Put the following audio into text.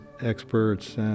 experts